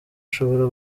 ashobora